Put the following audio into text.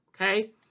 okay